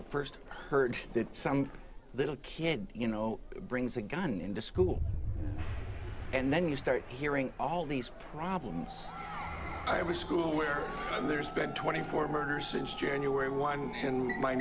i st heard that some little kid you know brings a gun into school and then you start hearing all these problems i was school where there's been twenty four murders since january one in my